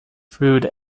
food